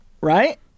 Right